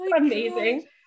Amazing